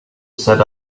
set